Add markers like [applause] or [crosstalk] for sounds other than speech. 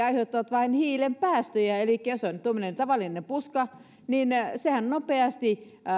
[unintelligible] aiheuttavat vain hiilen päästöjä elikkä jos on tuommoinen tavallinen puska niin sehän nopeasti